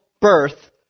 birth